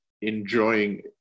enjoying